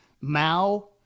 Mao